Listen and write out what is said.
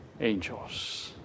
angels